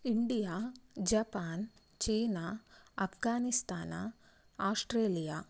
India Japan China Afghanistan Australia